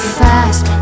fast